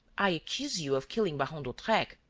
i accuse you of killing baron d'hautrec.